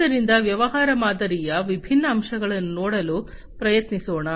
ಆದ್ದರಿಂದ ವ್ಯವಹಾರ ಮಾದರಿಯ ವಿಭಿನ್ನ ಅಂಶಗಳನ್ನು ನೋಡಲು ಪ್ರಯತ್ನಿಸೋಣ